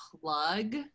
plug